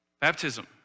baptism